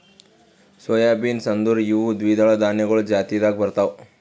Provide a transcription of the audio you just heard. soy beans ಅಂದುರ್ ಇವು ದ್ವಿದಳ ಧಾನ್ಯಗೊಳ್ ಜಾತಿದಾಗ್ ಬರ್ತಾವ್